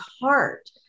heart